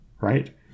Right